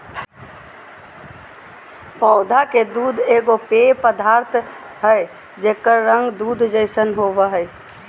पौधा के दूध एगो पेय पदार्थ हइ जेकर रंग दूध जैसन होबो हइ